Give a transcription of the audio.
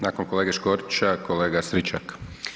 Nakon kolege Škorića, kolega Stričak.